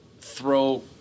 throw